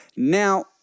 Now